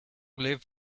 live